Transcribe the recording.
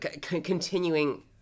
continuing